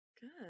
Good